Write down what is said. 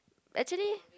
actually